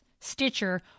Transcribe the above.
Stitcher